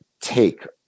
take